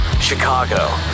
Chicago